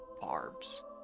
barbs